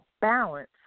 balance